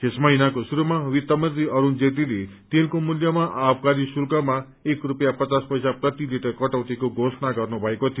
यस महिनाको शुरूमा वित्त मन्त्री अरूण जेटलीले तेलको मूल्यमा आनकारी शुल्कमा एक स्लपियाँ पचास पैसा प्रति लिटर कटौतीको घोषणा गर्नु भएको थियो